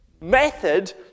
method